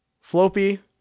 Floppy